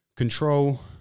Control